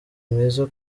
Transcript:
mwiza